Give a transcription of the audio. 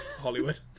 Hollywood